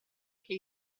che